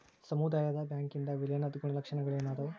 ಸಮುದಾಯ ಬ್ಯಾಂಕಿಂದ್ ವಿಲೇನದ್ ಗುಣಲಕ್ಷಣಗಳೇನದಾವು?